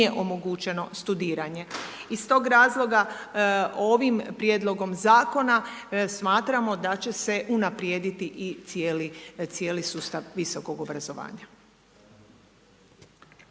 nije omogućeno studiranje. Iz tog razloga ovim prijedlogom zakona smatramo da će se unaprijediti i cijeli sustav visokog obrazovanja.